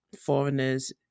foreigners